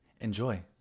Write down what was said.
Enjoy